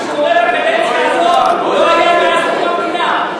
מה שקורה בקדנציה הזאת לא היה מאז קום המדינה.